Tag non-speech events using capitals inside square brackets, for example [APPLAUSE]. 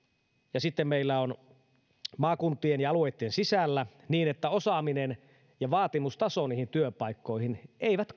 ja sitten meillä on maakuntien ja alueitten sisällä niin että osaaminen ja vaatimustaso niihin työpaikkoihin eivät [UNINTELLIGIBLE]